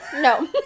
No